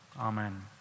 Amen